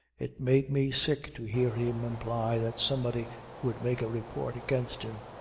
it made me sick to hear him imply that somebody would make a report against him.